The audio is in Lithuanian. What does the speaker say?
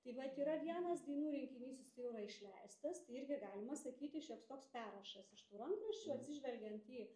tai vat yra vienas dainų rinkinys jisai jau yra išleistas tai irgi galima sakyti šioks toks perrašas iš tų rankraščių atsižvelgiant į